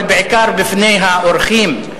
אבל בעיקר בפני האורחים,